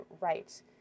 right